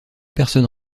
personne